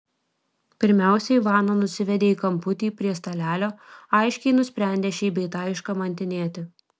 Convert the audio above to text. pirmiausia ivaną nusivedė į kamputį prie stalelio aiškiai nusprendę šį bei tą iškamantinėti